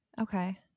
Okay